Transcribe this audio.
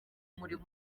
umurimo